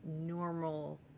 normal